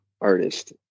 artist